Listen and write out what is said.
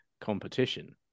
competition